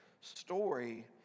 story